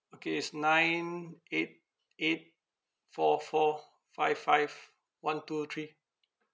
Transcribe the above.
okay it's nine eight eight four four five five one two three